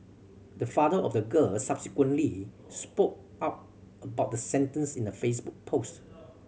the father of the girl subsequently spoke out about the sentence in a Facebook post